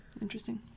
Interesting